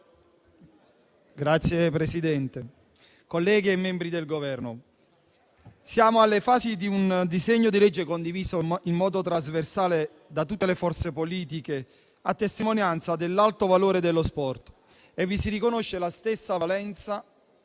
Signor Presidente, colleghi, membri del Governo, siamo alla fase finale di un disegno di legge condiviso in modo trasversale da tutte le forze politiche, a testimonianza dell'alto valore dello sport; vi si riconosce la stessa valenza